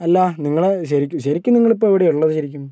അല്ല നിങ്ങള് ശരിക്കും ശരിക്കും നിങ്ങൾ ഇപ്പം എവിടെയാണ് ഉള്ളത് ശെരിക്കും